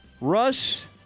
Russ